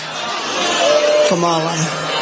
Kamala